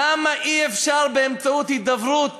למה אי-אפשר באמצעות הידברות